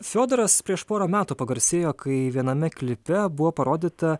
fiodoras prieš porą metų pagarsėjo kai viename klipe buvo parodyta